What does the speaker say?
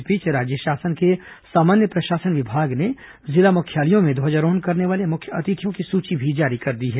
इस बीच राज्य शासन के सामान्य प्रशासन विभाग ने जिला मुख्यालयों में ध्वजारोहण करने वाले मुख्य अतिथियों की सूची भी जारी कर दी है